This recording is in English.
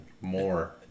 more